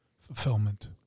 fulfillment